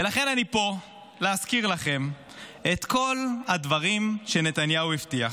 ולכן אני פה להזכיר לכם את כל הדברים שנתניהו הבטיח,